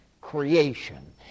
creation